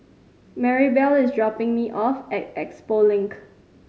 Maribel is dropping me off at Expo Link